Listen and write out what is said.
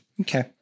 Okay